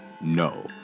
no